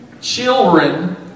Children